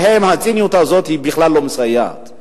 להם הציניות הזאת בכלל לא מסייעת.